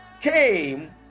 came